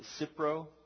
Cipro